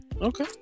Okay